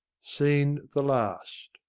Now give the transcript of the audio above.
scene the last.